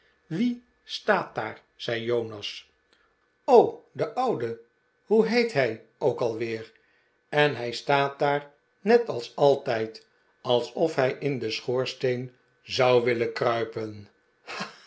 wie staat daar zei jonas de oude hoe heet hij ook alweer en hij staat daar net als altijd alsof hij in den schoorsteen zou willen kruipen